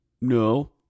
No